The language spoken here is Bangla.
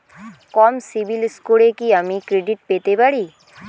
কম সিবিল স্কোরে কি আমি ক্রেডিট পেতে পারি?